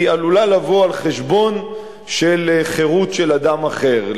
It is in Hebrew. עלולה לבוא על חשבון חירות של אדם אחר.